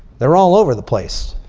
they're all over the place.